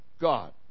God